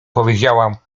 powiedziałam